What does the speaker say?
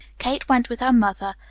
kate went with her mother,